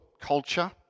culture